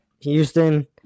Houston